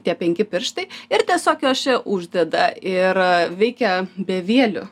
tie penki pirštai ir tiesiog juos čia uždeda ir veikia bevieliu